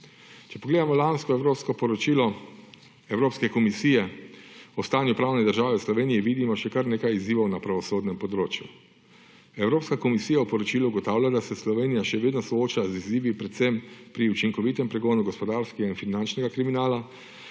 Če pogledamo lansko evropsko poročilo evropske komisije o stanju pravne države v Sloveniji vidimo še kar nekaj izzivov na pravosodnem področju. Evropska komisija o poročilu ugotavlja, da se Slovenija še vedno sooča z izzivi predvsem pri učinkovitem pregonu gospodarskega in finančnega kriminala,